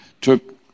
took